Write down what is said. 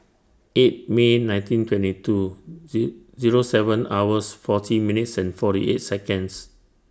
eight May nineteen twenty two Z Zero seven hours forty minutes and forty eight Seconds